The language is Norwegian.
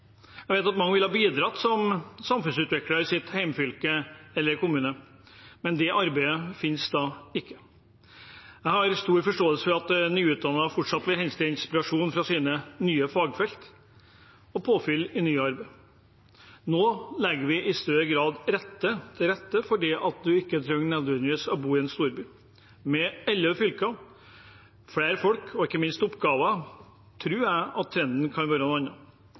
Jeg har stor forståelse for at nyutdannede fortsatt vil hente inspirasjon fra sine nye fagfelt, og få påfyll i nytt arbeid. Nå legger vi i større grad til rette for at en ikke nødvendigvis trenger å bo i en storby. Med elleve regioner, flere folk og – ikke minst – oppgaver tror jeg at trenden kan være